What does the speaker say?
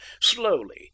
slowly